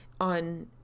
on